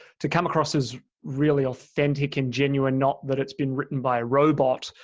to come across as really authentic and genuine not that it's been written by a robot.